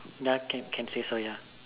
ya can can say so ya